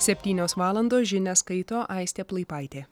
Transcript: septynios valandos žinias skaito aistė plaipaitė